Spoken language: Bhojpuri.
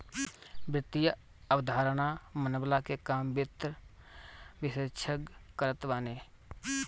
वित्तीय अवधारणा बनवला के काम वित्त विशेषज्ञ करत बाने